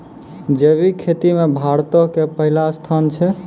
जैविक खेती मे भारतो के पहिला स्थान छै